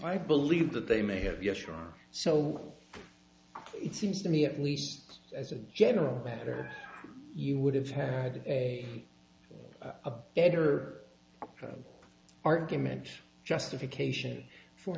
i believe that they may have yes sure so it seems to me at least as a general matter you would have had a better argument justification for